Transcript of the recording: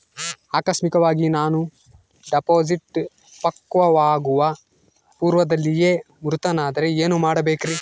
ಆಕಸ್ಮಿಕವಾಗಿ ನಾನು ಡಿಪಾಸಿಟ್ ಪಕ್ವವಾಗುವ ಪೂರ್ವದಲ್ಲಿಯೇ ಮೃತನಾದರೆ ಏನು ಮಾಡಬೇಕ್ರಿ?